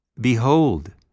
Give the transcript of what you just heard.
Behold